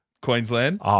Queensland